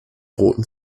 roten